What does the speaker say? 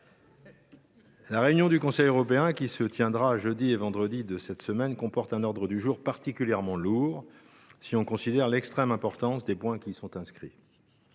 la réunion du Conseil européen, qui se tiendra jeudi et vendredi prochains, est particulièrement lourd, si l’on considère l’extrême importance des points qui y sont inscrits.